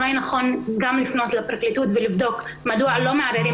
אולי נכון גם לפנות לפרקליטות ולבדוק מדוע לא מערערים